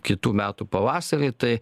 kitų metų pavasarį tai